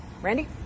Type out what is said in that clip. Randy